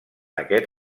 aquest